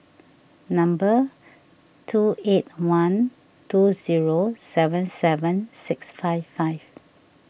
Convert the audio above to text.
two eight one two zero seven seven six five five